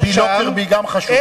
והיא גם חשובה.